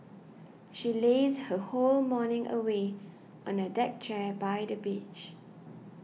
she lazed her whole morning away on a deck chair by the beach